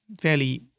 fairly